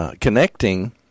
Connecting